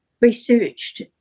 researched